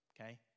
okay